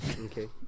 okay